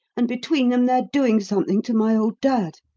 and between them they're doing something to my old dad.